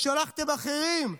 ושלחתם אחרים,